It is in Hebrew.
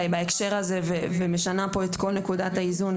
בהקשר הזה ומשנה פה את כל נקודת האיזון.